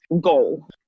goal